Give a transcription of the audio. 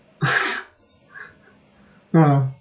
ya